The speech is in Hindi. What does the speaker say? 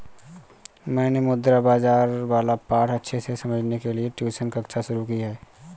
मैंने मुद्रा बाजार वाला पाठ अच्छे से समझने के लिए ट्यूशन कक्षा शुरू की है